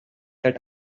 that